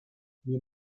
wir